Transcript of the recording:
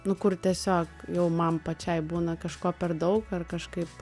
nu kur tiesiog jau man pačiai būna kažko per daug ar kažkaip